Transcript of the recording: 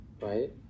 right